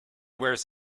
wears